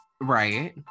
Right